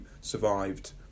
survived